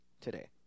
today